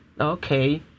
Okay